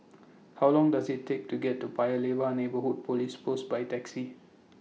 How Long Does IT Take to get to Paya Lebar Are Neighbourhood Police Post By Taxi